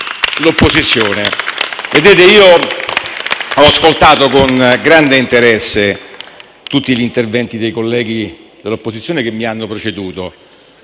L-SP-PSd'Az e M5S)*. Ho ascoltato con grande interesse tutti gli interventi dei colleghi dell'opposizione che mi hanno preceduto,